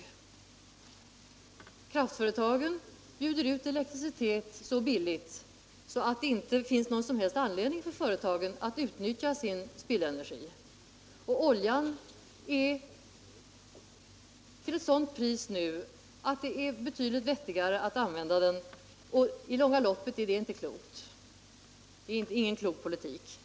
Kraftföretagen bjuder ut elektricitet så billigt att det inte finns någon som helst anledning för företagen att utnyttja sin spillenergi. Oljan säljs f.n. till sådant pris att det är betydligt vettigare att använda den. I det långa loppet är det ingen klok politik.